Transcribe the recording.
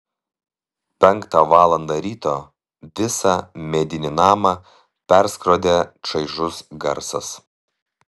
penktą valandą ryto visą medinį namą perskrodė čaižus garsas